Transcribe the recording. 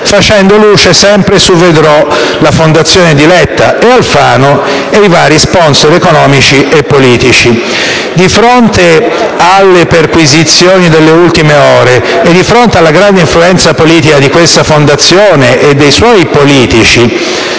facendo luce sempre su VeDrò, la fondazione di Letta e Alfano, e i vari *sponsor* economici e politici. Di fronte alle perquisizioni delle ultime ore e alla grande influenza politica di questa fondazione e dei politici